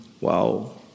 Wow